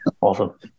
Awesome